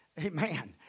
Amen